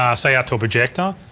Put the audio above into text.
um say out to a projector,